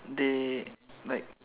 they like